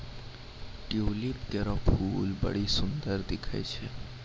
tulip केरो फूल बड्डी सुंदर दिखै छै